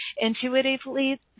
Intuitively